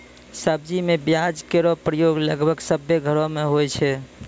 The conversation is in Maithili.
सब्जी में प्याज केरो प्रयोग लगभग सभ्भे घरो म होय छै